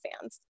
fans